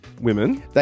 women